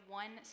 one